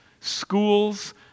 schools